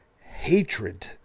hatred